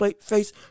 face